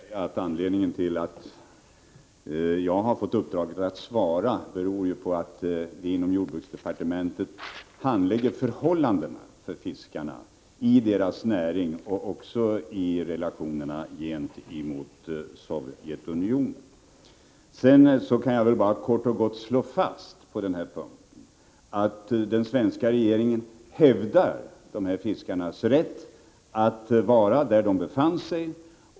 Herr talman! Låt mig säga att anledningen till att jag har fått uppdraget att svara beror på att vi inom jordbruksdepartementet handlägger förhållandena för fiskarna i deras näring och också i relationerna gentemot Sovjetunionen. Jag kan på denna punkt kort och gott slå fast att den svenska regeringen hävdar dessa fiskares rätt att vara där de befann sig.